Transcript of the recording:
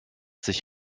sich